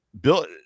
Bill